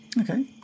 okay